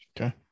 okay